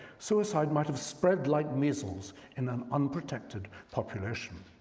suicide might've spread like measles in an unprotected population.